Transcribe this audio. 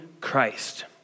Christ